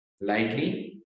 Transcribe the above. lightly